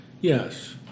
Yes